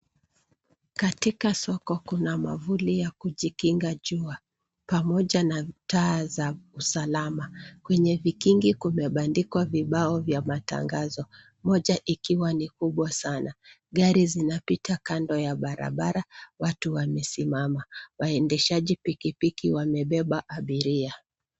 Katika soko kuna mwavuli ya kujikinga jua ,pamoja na taa za usalama. Kwenye vikingi kumebandikwa vibao vya matangazo .Moja ikiwa ni kubwa sana. Gari zinapita kando ya barabara, watu wamesimama. Waendeshaji pikipiki wamebeba abiria